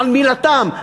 על מילתם,